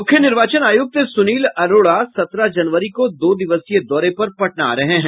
मुख्य निर्वाचन आयुक्त सुनील अरोड़ा सत्रह जनवरी को दो दिवसीय दौरे पर पटना आ रहे हैं